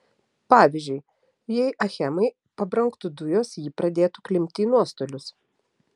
pavyzdžiui jei achemai pabrangtų dujos ji pradėtų klimpti į nuostolius